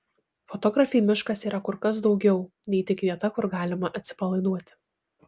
fotografei miškas yra kur kas daugiau nei tik vieta kur galima atsipalaiduoti